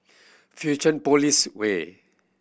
Fusionopolis Way